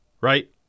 Right